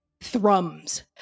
thrums